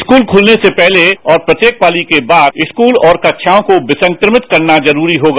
school खुलने से पहले और प्रत्येक पाली के बाद स्कूल और कक्षायों को विसंक्रमित करना जरूरी होगा